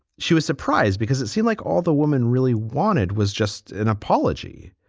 she was surprised because it seemed like all the women really wanted was just an apology.